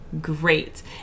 great